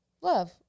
love